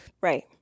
Right